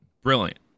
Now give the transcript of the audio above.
brilliant